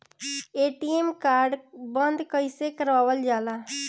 ATM card बन्द कईसे करावल जाला?